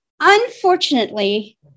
unfortunately